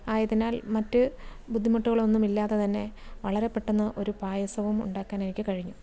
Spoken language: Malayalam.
ആയതിനാൽ മറ്റ് ബുദ്ധിമുട്ടുകളൊന്നും ഇല്ലാതെ തന്നെ വളരെ പെട്ടെന്ന് ഒരു പായസവും ഉണ്ടാക്കാൻ എനിക്ക് കഴിഞ്ഞു